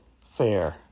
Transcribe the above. fair